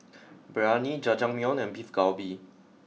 Biryani Jajangmyeon and Beef Galbi